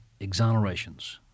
exonerations